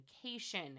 communication